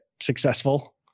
successful